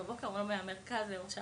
ולא מהמרכז אלא מירושלים,